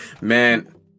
Man